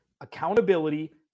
accountability